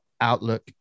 outlook